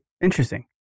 Interesting